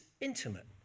intimate